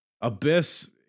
Abyss